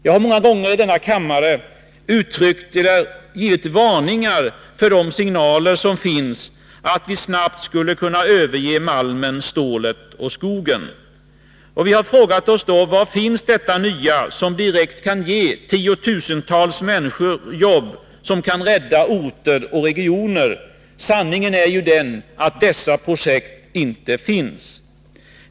Jag har många gånger i denna kammare givit varningar för signalerna om att vi snabbt skulle kunna överge malmen, stålet och skogen. Vi har frågat oss: Var finns detta nya, som direkt kan ge tiotusentals människor jobb, som kan rädda orter och regioner? Sanningen är att dessa projekt inte finns.